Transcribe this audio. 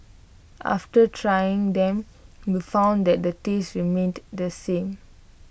after trying them we found that the taste remained the same